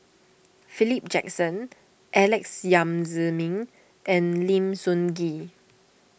Philip Jackson Alex Yam Ziming and Lim Sun Gee